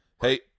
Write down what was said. Hey